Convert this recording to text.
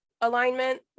alignment